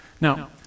Now